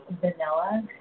vanilla